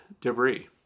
debris